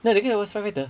ya the guy was firefighter